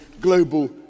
global